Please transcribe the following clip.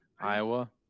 Iowa